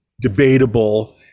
debatable